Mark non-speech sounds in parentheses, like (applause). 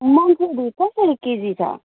(unintelligible) कसरी केजी छ